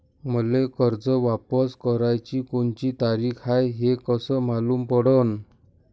मले कर्ज वापस कराची कोनची तारीख हाय हे कस मालूम पडनं?